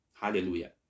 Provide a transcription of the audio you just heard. Hallelujah